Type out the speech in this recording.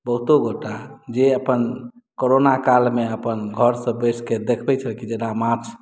बहुतो गोटा जे अपन करोना काल मे अपन घर सॅं बसि के देखबै छलखिन जेना माछ